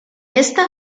esta